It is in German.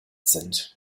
sind